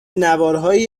نوارهایی